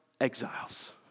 exiles